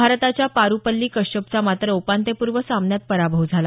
भारताच्या पारुपल्ली कश्यपचा मात्र उपांत्यपूर्व सामन्यात पराभव झाला